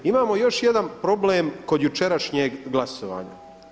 Imamo i još jedan problem kod jučerašnjeg glasovanja.